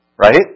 Right